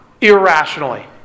irrationally